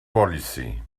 policy